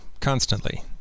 constantly